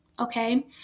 Okay